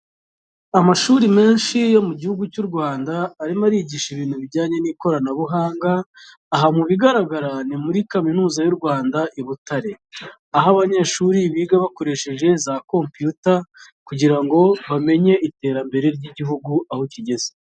Amashuri menshi yo mu gihugu cy'u Rwanda arimo arigisha ibintu bijyanye n'ikoranabuhanga aha mu bigaragara ni muri kaminuza y'u Rwanda i Butare, aho abanyeshuri biga bakoresheje za computer kugira ngo bamenye iterambere ry'igihugu aho kigeze.